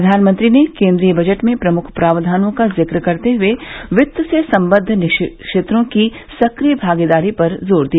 प्रधानमंत्री ने केन्द्रीय बजट के प्रमुख प्रावधानों का जिक्र करते हुए उन्होंने वित्त से सम्बद्व निजी क्षेत्रों की सक्रिय भागीदारी पर जोर दिया